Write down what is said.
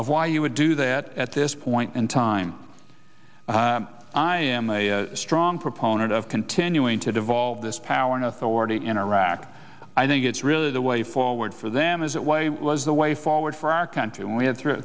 of why you would do that at this point in time i am a strong proponent of continuing to devolve this power and authority in iraq i think it's really the way forward for them is that way was the way forward for our country we had thr